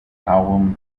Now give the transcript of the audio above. album